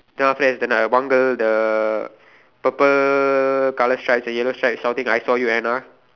then after that is like the one girl the purple colour stripes the yellow stripes shouting I saw you Anna